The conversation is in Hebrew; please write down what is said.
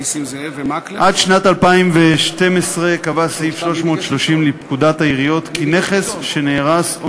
עד שנת 2012 קבע סעיף 330 לפקודת העיריות כי נכס שנהרס או